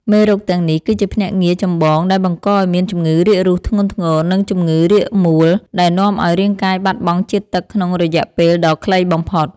មេរោគទាំងនេះគឺជាភ្នាក់ងារចម្បងដែលបង្កឱ្យមានជំងឺរាគរូសធ្ងន់ធ្ងរ និងជំងឺរាគមួល ដែលនាំឱ្យរាងកាយបាត់បង់ជាតិទឹកក្នុងរយៈពេលដ៏ខ្លីបំផុត។